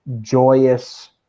joyous